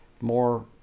more